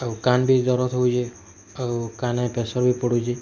ଆଉ କାନ ବି ଦରଜ ହଉଛେ ଆଉ କାନେ ପ୍ରେସର୍ ବି ପଡୁଛି